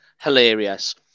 hilarious